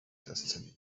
destiny